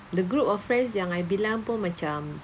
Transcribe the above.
the group of friends yang I bilang pun macam